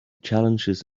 challenges